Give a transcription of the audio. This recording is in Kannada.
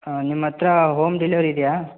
ಹಾಂ ನಿಮ್ಮ ಹತ್ತಿರ ಹೋಮ್ ಡೆಲಿವರಿ ಇದೆಯಾ